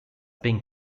being